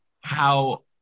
how-